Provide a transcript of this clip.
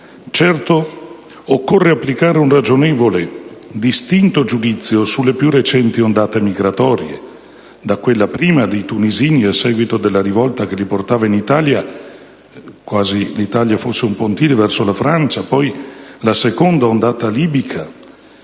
Certo, occorre applicare un ragionevole, distinto giudizio sulle più recenti ondate migratorie, dalla prima dei tunisini a seguito della rivolta che li portava in Italia, quasi l'Italia fosse un pontile verso la Francia, alla seconda ondata libica,